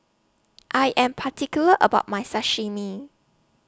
I Am particular about My Sashimi